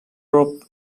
rope